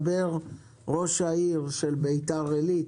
ראש העיר של ביתר עילית,